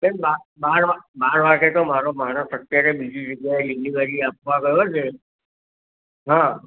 પણ બાર બાર વાગે તો મારો માણસ અત્યારે બીજી જગ્યાએ ડિલિવરી આપવા ગયો છે હા